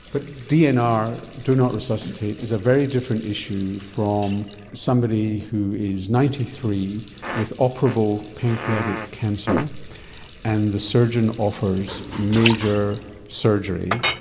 but dnr, do not resuscitate, is a very different issue from somebody who is ninety three with operable pancreatic cancer and the surgeon offers major surgery,